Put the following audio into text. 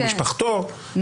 למשפחתו,